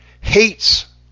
hates